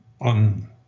on